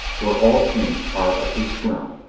where all things are of his realm,